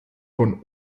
von